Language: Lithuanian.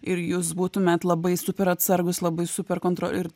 ir jūs būtumėt labai super atsargūs labai super kontro ir